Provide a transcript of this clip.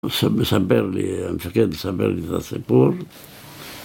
מספר לי, המפקד מספר לי את הסיפור